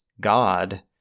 God